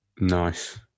Nice